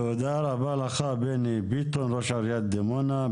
תודה רבה לך, בני ביטון, ראש עיריית דימונה.